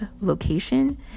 location